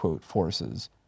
forces